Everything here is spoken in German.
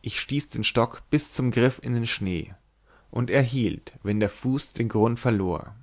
ich stieß den stock bis zum griff in den schnee und er hielt wenn der fuß den grund verlor